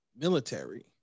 military